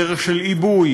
בדרך של עיבוי,